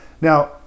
Now